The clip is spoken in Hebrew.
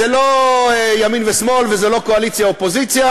זה לא ימין ושמאל וזה לא קואליציה אופוזיציה,